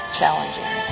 challenging